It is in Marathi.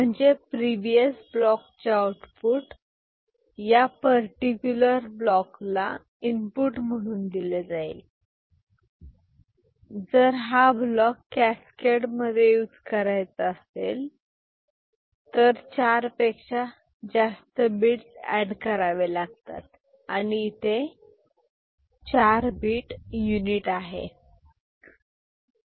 म्हणजे प्रीवियस ब्लॉक चे आउटपुट या पर्टिक्युलर ब्लॉक ला इनपुट म्हणून दिले जाईल जर हा ब्लॉक कॅस्केड मध्ये युज करायचा असेल तर चार पेक्षा जास्त बिट्स एड करावे लागतात आणि इथे 4 bit युनिट आहे